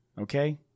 okay